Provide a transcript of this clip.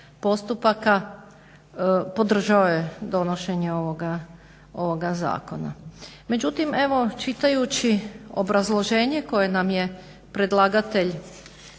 postupaka podržao je donošenje ovoga zakona. Međutim evo čitajući obrazloženje koje nam je predlagatelj